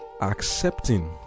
accepting